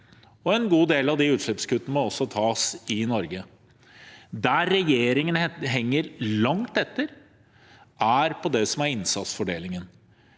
en god del av de utslippskuttene må også tas i Norge. Regjeringen henger langt etter på det som er innsatsfordelingen.